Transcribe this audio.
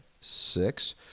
six